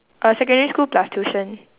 uh secondary school plus tuition